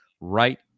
right